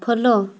follow